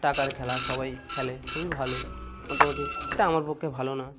টাকার খেলা সবাই খেলে খুবই ভালো মোটামুটি তা আমার পক্ষে ভালো না